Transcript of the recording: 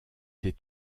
des